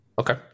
okay